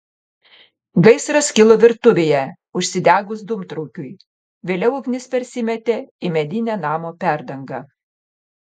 gaisras kilo virtuvėje užsidegus dūmtraukiui vėliau ugnis persimetė į medinę namo perdangą